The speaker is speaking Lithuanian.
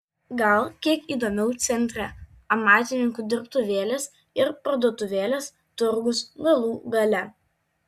gal kiek įdomiau centre amatininkų dirbtuvėlės ir parduotuvėlės turgus galų gale